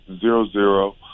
Zero-zero